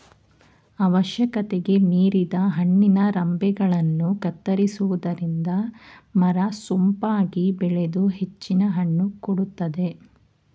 ಅವಶ್ಯಕತೆಗೆ ಮೀರಿದ ಹಣ್ಣಿನ ರಂಬೆಗಳನ್ನು ಕತ್ತರಿಸುವುದರಿಂದ ಮರ ಸೊಂಪಾಗಿ ಬೆಳೆದು ಹೆಚ್ಚಿನ ಹಣ್ಣು ಕೊಡುತ್ತದೆ